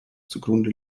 zugrunde